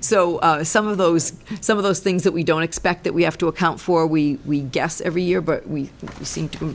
so some of those some of those things that we don't expect that we have to account for we guess every year but we seem to